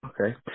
Okay